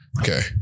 Okay